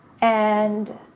And-